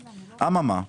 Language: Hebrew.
אממה,